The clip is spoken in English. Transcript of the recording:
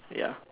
ya